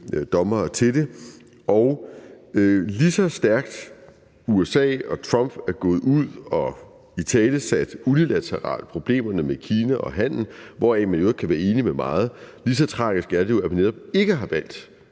dommere til det. Og lige så stærkt USA og Trump er gået ud og har italesat bilaterale problemer med Kina og handel – som man i øvrigt til dels kan være meget enig i – lige så tragisk er det jo, at man netop ikke har valgt